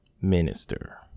Minister